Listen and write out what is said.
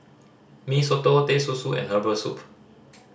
Mee Soto Teh Susu and herbal soup